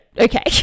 okay